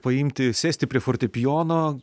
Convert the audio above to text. paimti sėsti prie fortepijono